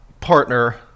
partner